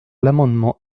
l’amendement